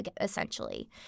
Essentially